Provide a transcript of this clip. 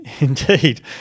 Indeed